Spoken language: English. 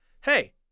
Hey